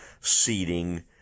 seating